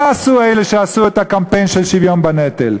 מה עשו אלה שעשו את הקמפיין של שוויון בנטל?